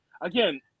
again